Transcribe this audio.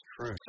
true